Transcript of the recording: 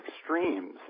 extremes